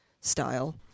style